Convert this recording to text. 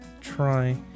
try